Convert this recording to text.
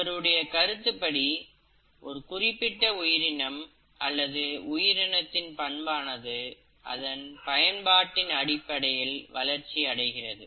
இவருடைய கருத்துப்படி ஒரு குறிப்பிட்ட உயிரினம் அல்லது உயிரினத்தின் பண்பானது அதன் பயன்பாட்டின் அடிப்படையில் வளர்ச்சி அடைந்தது